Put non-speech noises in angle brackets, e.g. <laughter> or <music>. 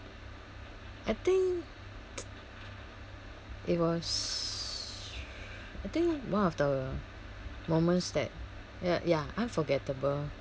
I think <noise> it was I think one of the moments that ya ya unforgettable